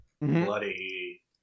Bloody